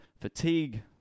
fatigue